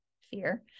fear